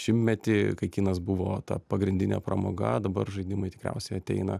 šimtmetį kai kinas buvo ta pagrindinė pramoga dabar žaidimai tikriausiai ateina